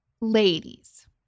ladies